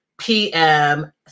PM